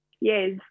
Yes